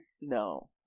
No